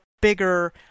bigger